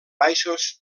baixos